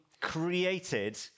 created